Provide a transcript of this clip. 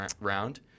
round